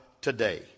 today